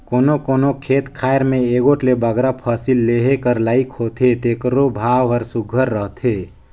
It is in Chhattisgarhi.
कोनो कोनो खेत खाएर में एगोट ले बगरा फसिल लेहे कर लाइक होथे तेकरो भाव हर सुग्घर रहथे